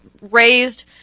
raised